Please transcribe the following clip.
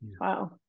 Wow